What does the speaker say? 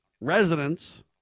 Residents